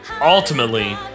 ultimately